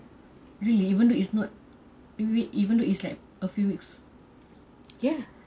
really even though it's not even though is like a few weeks